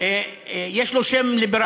החשובים, יש לו גם שם ליברלי.